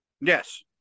Yes